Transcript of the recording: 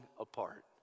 apart